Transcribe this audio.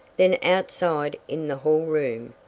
then, outside in the hall room,